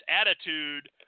attitude